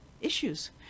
issues